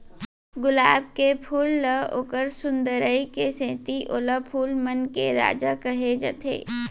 गुलाब के फूल ल ओकर सुंदरई के सेती ओला फूल मन के राजा कहे जाथे